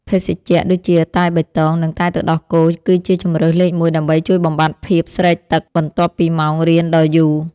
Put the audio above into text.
ភេសជ្ជៈដូចជាតែបៃតងនិងតែទឹកដោះគោគឺជាជម្រើសលេខមួយដើម្បីជួយបំបាត់ភាពស្រេកទឹកបន្ទាប់ពីម៉ោងរៀនដ៏យូរ។